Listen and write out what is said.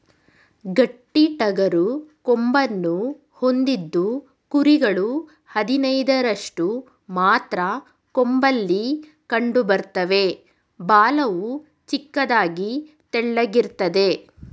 ಗಡ್ಡಿಟಗರು ಕೊಂಬನ್ನು ಹೊಂದಿದ್ದು ಕುರಿಗಳು ಹದಿನೈದರಷ್ಟು ಮಾತ್ರ ಕೊಂಬಲ್ಲಿ ಕಂಡುಬರ್ತವೆ ಬಾಲವು ಚಿಕ್ಕದಾಗಿ ತೆಳ್ಳಗಿರ್ತದೆ